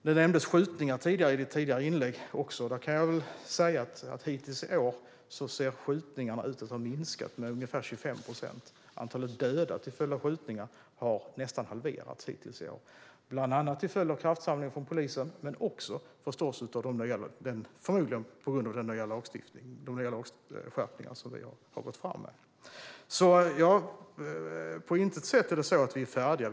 I Mikael Oscarssons tidigare inlägg nämndes skjutningar. Hittills i år ser antalet skjutningar ut att ha minskat med ungefär 25 procent. Antalet döda till följd av skjutningar har hittills i år nästan halverats. Detta beror bland annat på polisens kraftsamling men förmodligen också på de nya skärpningar av lagstiftningen som vi har gått fram med. Vi är på intet sätt färdiga.